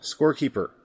scorekeeper